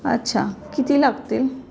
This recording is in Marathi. अच्छा किती लागतील